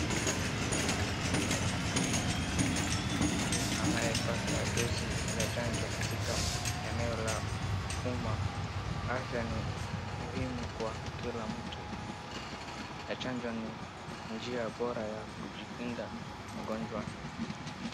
Mtu anayepata dose ya chanjo katika eneo a uma, afya ni muhimu kwa kila mtu na chanjo ni njia bora ya kujikinga na magonjwa.